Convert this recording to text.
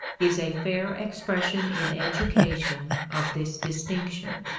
is a fair expression in education of this distinction.